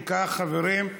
אם כך חברים,